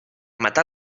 matar